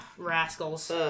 Rascals